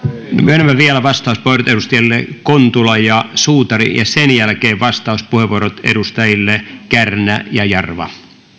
myönnän vielä vastauspuheenvuorot edustajille kontula ja suutari ja sen jälkeen vastauspuheenvuorot edustajille kärnä ja jarva